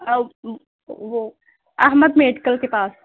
وہ احمد میڈیکل کے پاس